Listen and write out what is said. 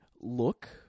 Look